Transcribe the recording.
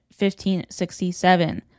1567